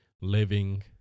living